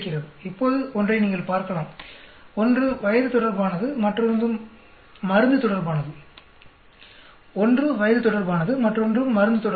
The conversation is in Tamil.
இப்போது ஒன்றை நீங்கள் பார்க்கலாம் ஒன்று வயது தொடர்பானது மற்றொன்று மருந்து தொடர்பானது ஒன்று வயது தொடர்பானது மற்றொன்று மருந்து தொடர்பானது